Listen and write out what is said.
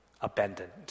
abandoned